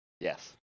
yes